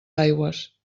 aigües